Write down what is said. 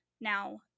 Now